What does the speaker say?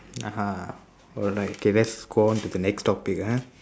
(uh huh) alright okay lets go on to the topic ah